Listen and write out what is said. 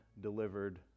delivered